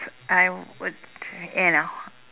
I would you know